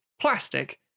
Plastic